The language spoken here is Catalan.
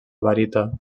barita